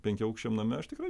penkiaaukščiam name aš tikrai